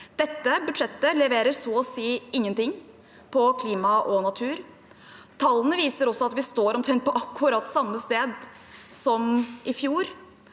Dette budsjettet leverer så å si ingenting på klima og natur. Tallene viser også at vi står omtrent på akkurat samme sted som i fjor.